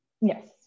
Yes